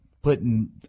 putting